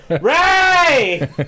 Ray